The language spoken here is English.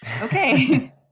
Okay